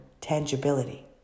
tangibility